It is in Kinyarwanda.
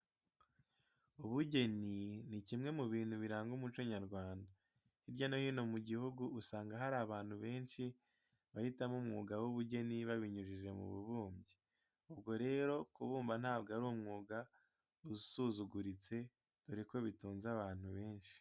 Ubugeni ni kimwe mu bintu biranga umuco nyarwanda. Hirya no hino mu gihugu usanga hari abantu benshi bahitamo umwuga w'ubugeni babinyujije mu bubumbyi. Ubwo rero, kubumba ntabwo ari umwuga usuzuguritse dore ko bitunze abantu benshi.